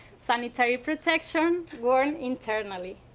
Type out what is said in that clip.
sanitary protection worn internally.